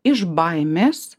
iš baimės